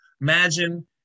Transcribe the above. imagine